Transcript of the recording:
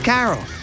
Carol